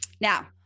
Now